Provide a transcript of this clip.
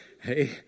Hey